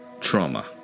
Trauma